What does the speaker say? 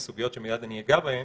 סוגיות שמייד אגע בהן.